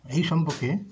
এই সম্পর্কে